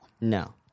No